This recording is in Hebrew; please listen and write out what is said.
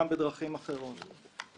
גם בדרכים אחרות.